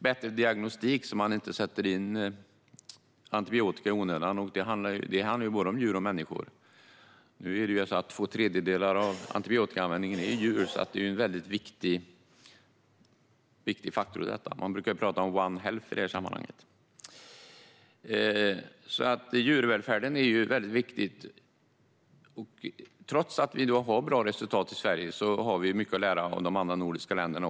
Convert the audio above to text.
Bättre diagnostik krävs så att man inte sätter in antibiotika i onödan; det gäller både djur och människor. Djur står för två tredjedelar av antibiotikaanvändningen, så detta är en viktig faktor. Man brukar tala om one health i detta sammanhang. Djurvälfärden är alltså väldigt viktig. Trots att vi har bra resultat i Sverige har vi mycket att lära av de andra nordiska länderna.